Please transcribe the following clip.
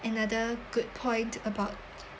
another good point about